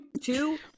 two